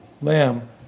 lamb